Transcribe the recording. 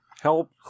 Help